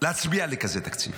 להצביע לכזה תקציב?